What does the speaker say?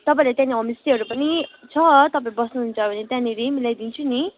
तपाईँले त्यही नै होमस्टेहरू पनि छ तपाईँले बस्नुहुन्छ भने त्यहाँनिर मिलाइदिन्छु नि